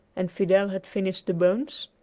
and fidel had finished the bones,